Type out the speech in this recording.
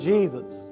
Jesus